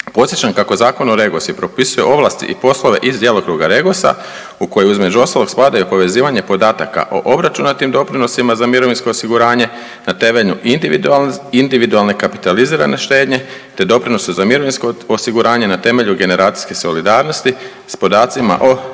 Podsjećam kako Zakon o REGOS-u propisuje ovlasti i poslove iz djelokruga REGOS-a u koje između ostalog spadaju i povezivanje podataka o obračunatim doprinosima za mirovinsko osiguranje na temelju individualne kapitalizirane štednje, te doprinosa za mirovinsko osiguranje na temelju generacijske solidarnosti s podacima o